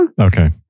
okay